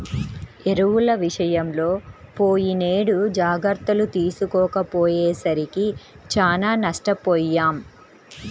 ఎరువుల విషయంలో పోయినేడు జాగర్తలు తీసుకోకపోయేసరికి చానా నష్టపొయ్యాం